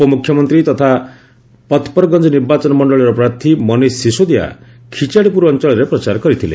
ଉପମୁଖ୍ୟମନ୍ତ୍ରୀ ତଥା ପତପରଗଞ୍ଜ ନିର୍ବାଚନ ମଣ୍ଡଳୀର ପ୍ରାର୍ଥୀ ମନୀଷ ସିଶୋଦିଆ ଖିଚାଡ଼ିପୁର ଅଞ୍ଚଳରେ ପ୍ରଚାର କରିଥିଲେ